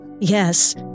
Yes